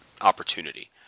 opportunity